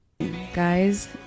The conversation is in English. Guys